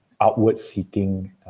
outward-seeking